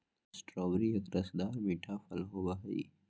strawberry एक रसदार मीठा फल होबा हई